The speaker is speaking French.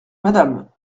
madame